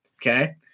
okay